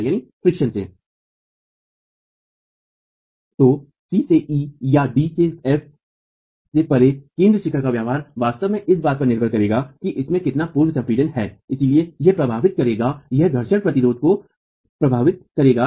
तो c से e या d से f से परे केंद्र शिखर का व्यवहार वास्तव में इस बात पर निर्भर करेगा कि इसमें कितना पूर्व संपीडन है और इसलिए यह प्रभावित करेगा यह घर्षण प्रतिरोध को प्रभावित करेगा